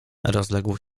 rozległ